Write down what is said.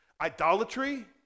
Idolatry